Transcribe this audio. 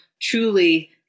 truly